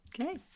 Okay